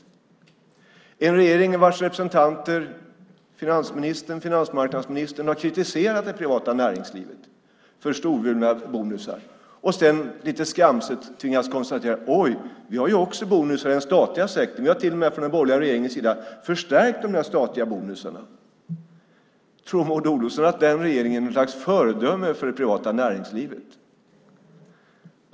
Vi har en regering vars representanter, finansministern och finansmarknadsministern, har kritiserat det privata näringslivet för storvulna bonusar och sedan lite skamset tvingats konstatera: Oj, vi har också bonusar i den statliga sektorn. Vi har till och med från den borgerliga regeringens sida förstärkt de där statliga. Tror Maud Olofsson verkligen att denna regering är något slags föredöme för det privata näringslivet?